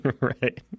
Right